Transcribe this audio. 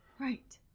Right